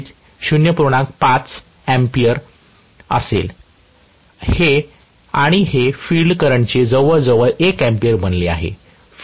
5 A असेल आणि हे फिल्ड करंटचे जवळजवळ 1 A बनले आहे